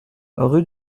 rue